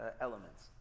elements